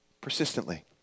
persistently